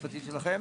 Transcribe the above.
שלכם,